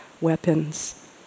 weapons